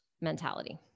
mentality